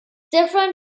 different